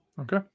Okay